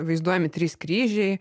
vaizduojami trys kryžiai